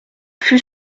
fut